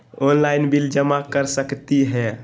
Online bill जमा कर सकती ह?